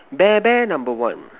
bear bear number one